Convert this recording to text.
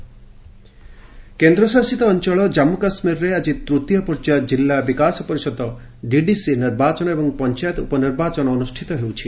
Jammu Kashmir election କେନ୍ଦ୍ରଶାସିତ ଅଞ୍ଚଳ ଜମ୍ମୁ କାଶ୍ମୀରରେ ଆଜି ତୂତୀୟ ପର୍ଯ୍ୟାୟ କିଲ୍ଲା ବିକାଶ ପରିଷଦ ଡିଡିସି ନିର୍ବାଚନ ଏବଂ ପଞ୍ଚାୟତ ଉପନିର୍ବାଚନ ଅନୁଷ୍ଠିତ ହେଉଛି